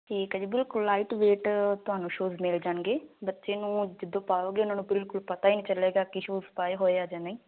ਠੀਕ ਹੈ ਜੀ ਬਿਲਕੁਲ ਲਾਈਟ ਵੇਟ ਤੁਹਾਨੂੰ ਸ਼ੂਜ ਮਿਲ ਜਾਣਗੇ ਬੱਚੇ ਨੂੰ ਜਦੋਂ ਪਾਓਗੇ ਉਹਨਾਂ ਨੂੰ ਬਿਲਕੁਲ ਪਤਾ ਹੀ ਨਹੀਂ ਚੱਲੇਗਾ ਕਿ ਸ਼ੂਜ ਪਾਏ ਹੋਏ ਆ ਜਾਂ ਨਹੀਂ